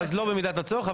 אז לא במידת הצורך,